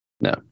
No